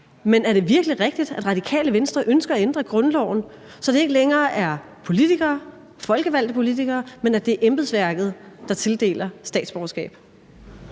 men er det virkelig rigtigt, at Radikale Venstre ønsker at ændre grundloven, så det ikke længere er de folkevalgte politikere, men at det er embedsværket, der tildeler statsborgerskab?